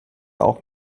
auch